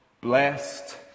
blessed